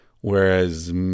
Whereas